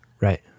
right